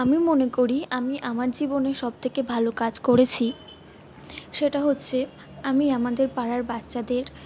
আমি মনে করি আমি আমার জীবনে সবথেকে ভালো কাজ করেছি সেটা হচ্ছে আমি আমাদের পাড়ার বাচ্চাদের